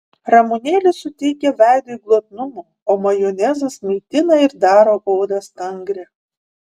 ramunėlės suteikia veidui glotnumo o majonezas maitina ir daro odą stangrią